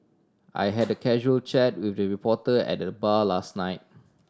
I had a casual chat with the reporter at the bar last night